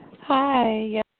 Hi